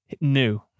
New